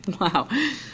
Wow